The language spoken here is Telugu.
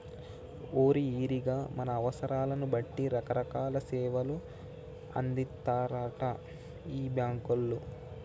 ఓరి ఈరిగా మన అవసరాలను బట్టి రకరకాల సేవలు అందిత్తారటరా ఈ బాంకోళ్లు